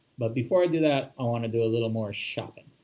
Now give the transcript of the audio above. but before i do that, i want to do a little more shopping.